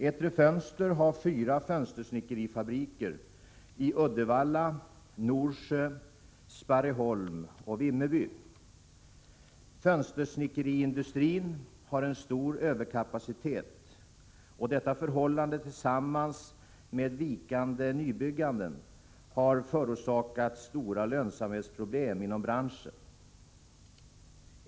Etri Fönster har fyra fönstersnickerifabriker — i Uddevalla, Norsjö, Sparreholm och Vimmerby. Fönstersnickeriindustrin har en stor överkapacitet, och detta förhållande, tillsammans med vikande nybyggande, har förorsakat stora lönsamhetsproblem inom branschen.